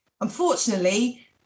unfortunately